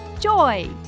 joy